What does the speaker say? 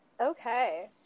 Okay